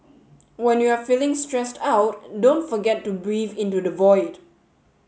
when you are feeling stressed out don't forget to breathe into the void